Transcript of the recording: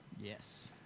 Yes